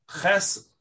Ches